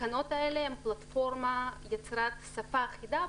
התקנות האלה הן פלטפורמה לקראת שפה אחידה,